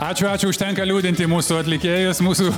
ačiū ačiū užtenka liūdinti mūsų atlikėjus mūsų